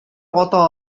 ата